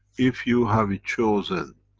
if you have chosen